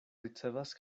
ricevas